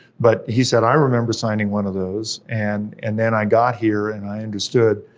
but he said, i remember signing one of those, and and then i got here, and i understood,